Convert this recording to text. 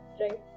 right